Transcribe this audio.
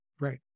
right